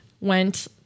went